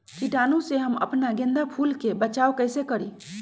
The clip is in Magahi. कीटाणु से हम अपना गेंदा फूल के बचाओ कई से करी?